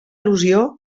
al·lusió